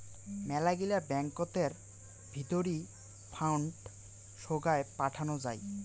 মেলাগিলা ব্যাঙ্কতের ভিতরি ফান্ড সোগায় পাঠানো যাই